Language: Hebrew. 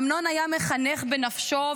אמנון היה מחנך בנפשו,